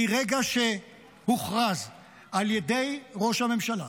מרגע שהוכרז על ידי ראש הממשלה